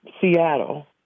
Seattle